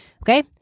Okay